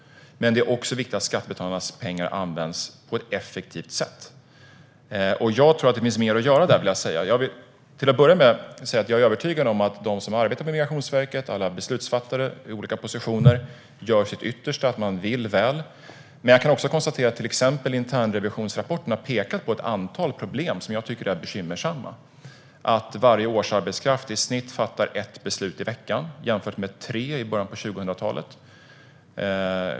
Men det är också viktigt att skattebetalarnas pengar används på ett effektivt sätt. Där tror jag att det finns mer att göra. Till att börja med vill jag säga att jag är övertygad om att de som arbetar på Migrationsverket, alla beslutsfattare i olika positioner, gör sitt yttersta och att de vill väl. Men jag kan också konstatera att internrevisionsrapporten har pekat på ett antal problem som jag tycker är bekymmersamma, till exempel att varje årsarbetskraft i snitt fattar ett beslut i veckan jämfört med tre i början på 2000-talet.